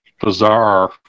bizarre